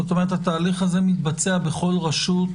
כלומר התהליך הזה מתבצע בכל רשות